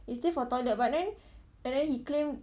he say for toilet but then and then he claimed